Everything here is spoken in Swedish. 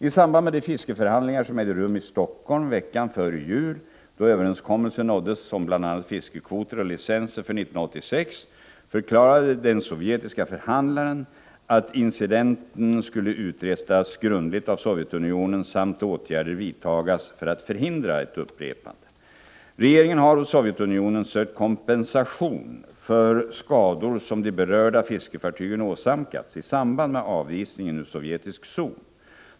I samband med de fiskeförhandlingar som ägde rum i Helsingfors veckan före jul, då överenskommelse nåddes om bl.a. fiskekvoter och licenser för 1986, förklarade den sovjetiske förhandlaren att incidenten skulle utredas grundligt av Sovjetunionen samt åtgärder vidtas för att förhindra ett upprepande. Regeringen har hos Sovjetunionen sökt kompensation för skador som de berörda fiskefartygen åsamkats i samband med avvisningen ur sovjetisk zon.